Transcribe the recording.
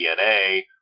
DNA